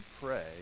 pray